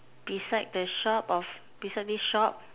beside the shop of beside this shop